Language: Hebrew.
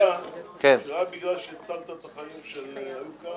חברי חבר הכנסת אלאלוף,